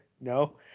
No